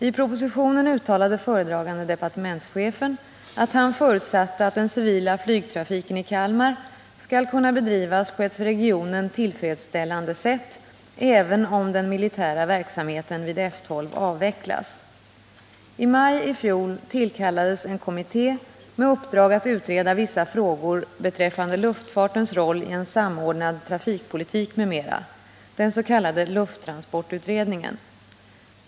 I propositionen uttalade föredragande departementschefen att han förutsatte att den civila flygtrafiken i Kalmar skall kunna bedrivas på ett för regionen tillfredsställande sätt, även om den militära verksamheten vid F 12 avvecklas. I maj i fjol tillkallades en kommitté med uppdrag att utreda vissa frågor beträffande luftfartens roll i en samordnad trafikpolitik m.m. — den s.k. lufttransportutredningen.